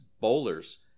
bowlers